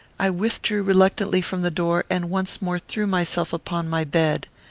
i withdrew reluctantly from the door, and once more threw myself upon my bed.